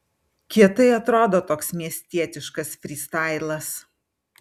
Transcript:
kietai atrodo toks miestietiškas frystailas